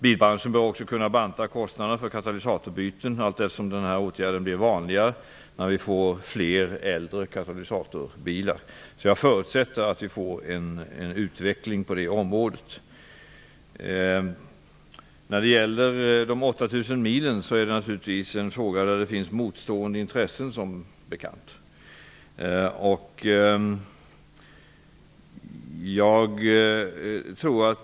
Bilbranschen bör också kunna beakta kostnaderna för katalysatorbyten allteftersom denna åtgärd blir vanligare när vi får fler äldre katalysatorbilar. Jag förutsätter att vi får en utveckling på det området. När det gäller de 8 000 milen är detta en fråga där det finns motstående intressen, som bekant.